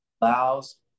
allows